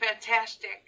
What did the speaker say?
fantastic